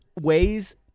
ways